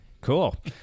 cool